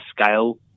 scale